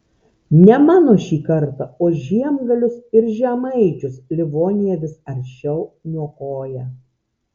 ne mano šį kartą o žiemgalius ir žemaičius livonija vis aršiau niokoja